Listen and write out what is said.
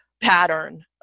pattern